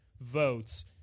votes